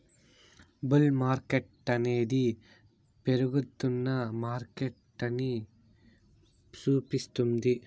bull మార్కెట్టనేది పెరుగుతున్న మార్కెటని సూపిస్తుంది